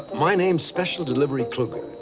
my name's special-delivery kluger,